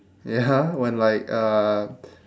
ya when like uh